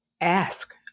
ask